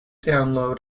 download